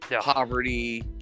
Poverty